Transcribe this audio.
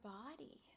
body